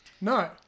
No